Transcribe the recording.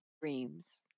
dreams